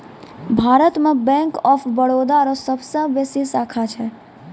भारत मे bank of Baroda रो सबसे बेसी शाखा छै